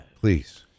Please